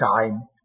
time